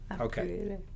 Okay